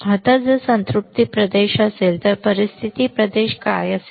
आता जर संतृप्ति प्रदेश असेल तर परिस्थिती प्रदेश काय आहे